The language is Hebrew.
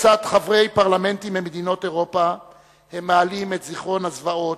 לצד חברי פרלמנטים ממדינות אירופה הם מעלים את זיכרון הזוועות,